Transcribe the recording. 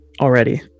already